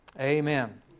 amen